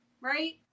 right